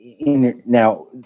now